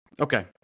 Okay